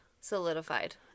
solidified